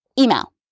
email